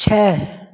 छै